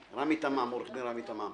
עורך דין רמי תמם.